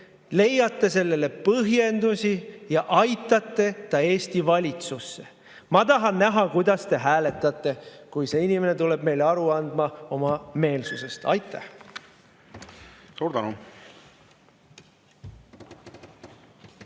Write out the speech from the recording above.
leiate selleks põhjendusi ja aitate ta Eesti valitsusse! Ma tahan näha, kuidas te hääletate, kui see inimene tuleb meile aru andma oma meelsuse kohta. Aitäh!